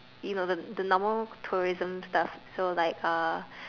you know the normal tourism stuff so like uh